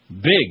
Big